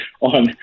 on